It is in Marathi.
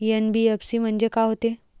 एन.बी.एफ.सी म्हणजे का होते?